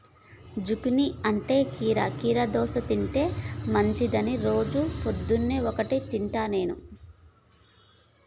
zucchini అంటే కీరా దోసకాయ తింటే మంచిదని రోజు పొద్దున్న ఒక్కటి తింటా నేను